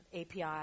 API